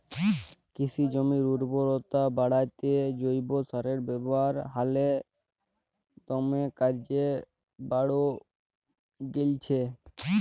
কিসি জমির উরবরতা বাঢ়াত্যে জৈব সারের ব্যাবহার হালে দমে কর্যে বাঢ়্যে গেইলছে